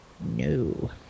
No